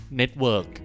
network